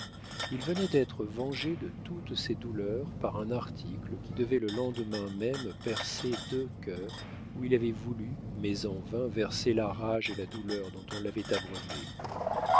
il venait d'être vengé de toutes ses douleurs par un article qui devait le lendemain même percer deux cœurs où il avait voulu mais en vain verser la rage et la douleur dont on l'avait abreuvé